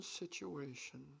situation